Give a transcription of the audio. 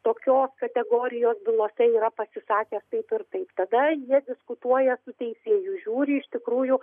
tokios kategorijos bylose yra pasisakęs taip ir taip tada jie diskutuoja su teisėju žiūri iš tikrųjų